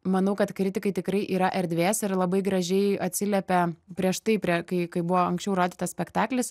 manau kad kritikai tikrai yra erdvės ir labai gražiai atsiliepia prieš tai prie kai kai buvo anksčiau rodytas spektaklis